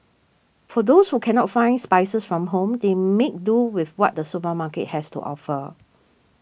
for those who cannot find spices from home they make do with what the supermarket has to offer